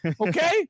Okay